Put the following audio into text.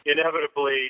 Inevitably